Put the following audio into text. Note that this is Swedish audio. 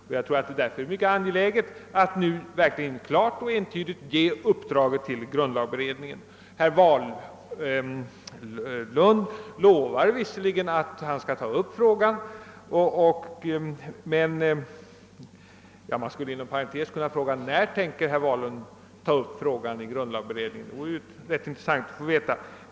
Det är därför mycket angeläget att nu klart och entydigt ge grundlagberedningen uppdraget att ta upp denna fråga. Herr Wahlund lovar visserligen att frågan skall tas upp i grundlagberedningen. Man kan dock inom parentes fråga när detta avses ske — det vore intressant att veta.